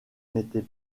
n’était